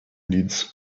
needs